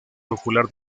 popular